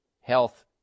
health